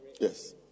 Yes